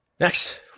Next